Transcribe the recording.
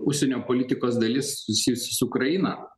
užsienio politikos dalis susijusi su ukraina